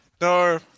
no